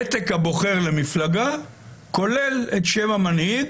פתק הבוחר למפלגה כולל את שם המנהיג